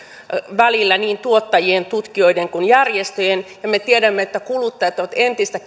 välillä niin tuottajien tutkijoiden kuin järjestöjen ja me tiedämme että kuluttajat ovat entistä